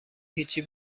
هیچی